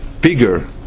bigger